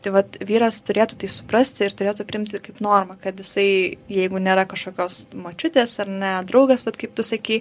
tai vat vyras turėtų tai suprasti ir turėtų priimti kaip normą kad jisai jeigu nėra kažkokios močiutės ar ne draugės vat kaip tu sakei